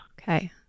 Okay